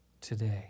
today